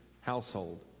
household